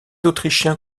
autrichiens